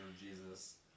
Jesus